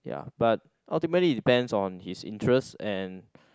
ya but ultimately it depends on his interest and